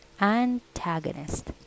antagonist